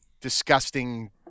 disgusting